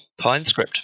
Pinescript